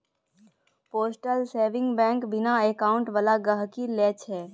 postal saving bank बिना account बला गहिंकी लेल छै